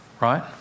right